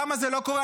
למה זה לא קורה?